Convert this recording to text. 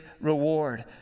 reward